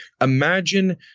imagine